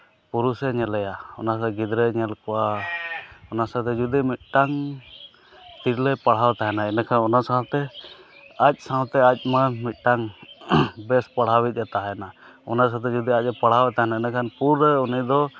ᱯᱩᱨᱩᱥᱮ ᱧᱮᱞᱮᱭᱟ ᱚᱱᱟ ᱫᱚ ᱜᱤᱫᱽᱨᱟᱹᱭ ᱧᱮᱞ ᱠᱚᱣᱟ ᱚᱱᱟ ᱥᱟᱶᱛᱮ ᱡᱩᱫᱤ ᱢᱤᱫᱴᱟᱝ ᱛᱤᱨᱞᱟᱹᱭ ᱯᱟᱲᱦᱟᱣ ᱛᱟᱦᱮᱱᱟ ᱤᱱᱟᱹᱠᱷᱟᱱ ᱚᱱᱟ ᱥᱟᱶᱛᱮ ᱟᱡ ᱥᱟᱶᱛᱮ ᱟᱡ ᱢᱟᱲᱟᱝ ᱢᱤᱫᱴᱟᱝ ᱵᱮᱥ ᱯᱟᱲᱦᱟᱣᱤᱡᱼᱮ ᱛᱟᱦᱮᱱᱟ ᱚᱱᱟ ᱠᱷᱟᱹᱛᱤᱨ ᱡᱩᱫᱤ ᱟᱡ ᱯᱟᱲᱦᱟᱣᱮ ᱛᱟᱦᱮᱱᱟ ᱤᱱᱟᱹ ᱠᱷᱟᱱ ᱯᱩᱨᱟᱹ ᱩᱱᱤ ᱫᱚ